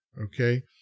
Okay